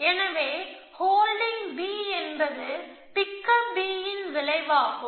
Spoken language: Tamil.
எனவே ஹோல்டிங் B என்பது பிக்கப் B ன் விளைவாகும்